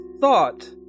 thought